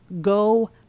go